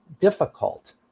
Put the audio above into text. difficult